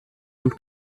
und